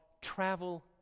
travel